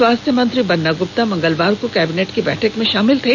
स्वास्थ्य मंत्री बन्ना गुप्ता मंगलवार को कैबिनेट की बैठक में शामिल थे